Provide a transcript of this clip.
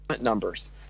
numbers